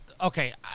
okay